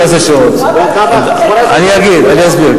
עמדת סגן שר הבריאות היא כי להגביל את שעות התורנות,